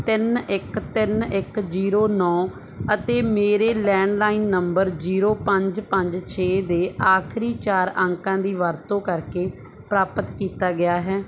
ਤਿੰਨ ਇੱਕ ਤਿੰਨ ਇੱਕ ਜ਼ੀਰੋ ਨੌ ਅਤੇ ਮੇਰੇ ਲੈਂਡਲਾਈਨ ਨੰਬਰ ਜ਼ੀਰੋ ਪੰਜ ਪੰਜ ਛੇ ਦੇ ਆਖਰੀ ਚਾਰ ਅੰਕਾਂ ਦੀ ਵਰਤੋਂ ਕਰਕੇ ਪ੍ਰਾਪਤ ਕੀਤਾ ਗਿਆ ਹੈ